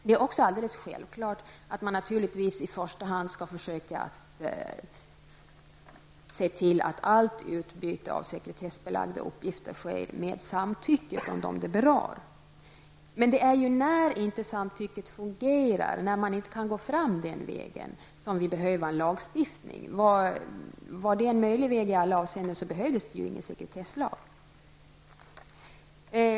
Det är också självklart att man naturligtvis i första hand skall försöka se till att allt utbyte av sekretessbelagda uppgifter sker med samtycke från dem det berör. Men det är ju när samtycket inte fungerar och man inte kan gå fram den vägen som vi behöver ha en lagstiftning. Om samtycke var en möjlig väg i alla avseenden skulle vi inte behöva någon sekretesslag.